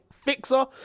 Fixer